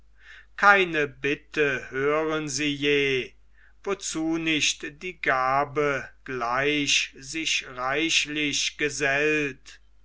keine bitte hören sie je wozu nicht die gabe gleich sich reichlich gesellt